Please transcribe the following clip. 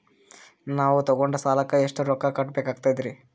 ನಾವು ತೊಗೊಂಡ ಸಾಲಕ್ಕ ಎಷ್ಟು ರೊಕ್ಕ ಕಟ್ಟಬೇಕಾಗ್ತದ್ರೀ?